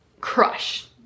crush